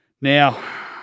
now